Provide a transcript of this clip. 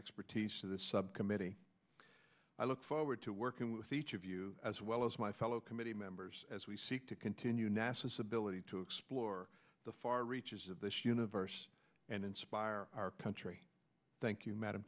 expertise to this subcommittee i look forward to working with each of you as well as my fellow committee members as we seek to continue nasa's ability to explore the far reaches of this universe and inspire our country thank you m